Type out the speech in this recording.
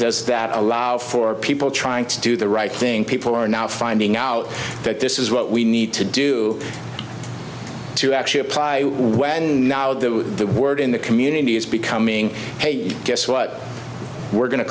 does that allow for people trying to do the right thing people are now finding out that this is what we need to do to actually apply when now the word in the community is becoming hey guess what we're going to